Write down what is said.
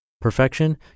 Perfection